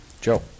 Joe